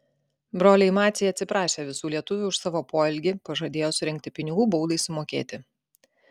broliai maciai atsiprašė visų lietuvių už savo poelgį pažadėjo surinkti pinigų baudai sumokėti